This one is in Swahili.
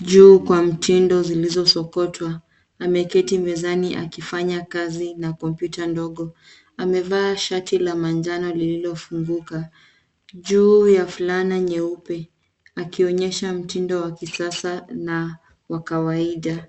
juu kwa mtindo zilizo sokotwa ameketi mezani akifanya kazi na kompyuta ndogo. Amevaa shati la manjano lililo funguka juu ya fulana nyeupe akionyesha mtindo wa kisasa na wa kawaida.